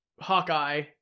Hawkeye